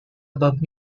above